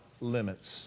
limits